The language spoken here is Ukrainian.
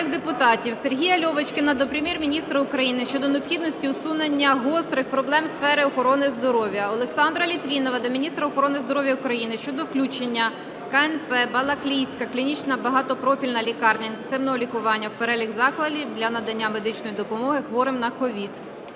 народних депутатів. Сергія Л ьовочкіна до Прем'єр-міністра України щодо необхідності усунення гострих проблем сфери охорони здоров'я. Олександра Літвінова до міністра охорони здоров'я України щодо включення КНП "Балаклійська клінічна багатопрофільна лікарня інтенсивного лікування" в перелік закладів для надання медичної допомоги хворим на COVID.